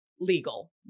legal